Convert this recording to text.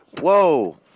Whoa